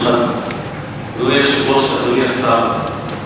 אדוני השר,